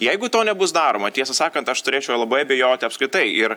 jeigu to nebus daroma tiesą sakant aš turėčiau labai abejoti apskritai ir